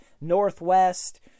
northwest